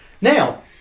Now